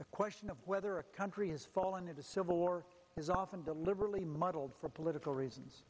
the question of whether a country has fallen into civil war is often deliberately muddled for political reasons